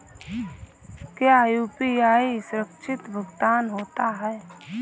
क्या यू.पी.आई सुरक्षित भुगतान होता है?